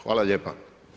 Hvala lijepa.